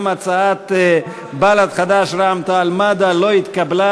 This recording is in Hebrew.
גם הצעת בל"ד, חד"ש ורע"ם-תע"ל-מד"ע לא התקבלה.